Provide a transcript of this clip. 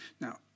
Now